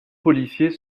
policier